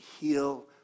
heal